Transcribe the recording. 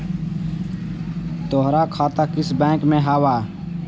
तोहार खाता किस बैंक में हवअ